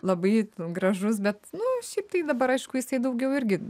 labai gražus bet nu šiaip tai dabar aišku jisai daugiau irgi